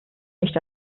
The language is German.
nicht